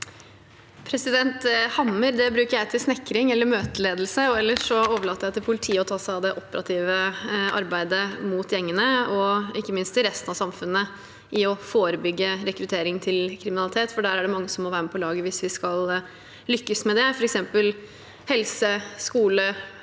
Hammer bruker jeg til snekring eller møteledelse, og ellers overlater jeg til politiet å ta seg av det operative arbeidet mot gjengene og ikke minst i resten av samfunnet for å forebygge rekruttering til kriminalitet. Det er mange som må være med på laget hvis vi skal lykkes med det, f.eks. helse, skole,